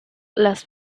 las